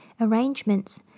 arrangements